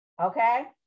okay